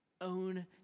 Own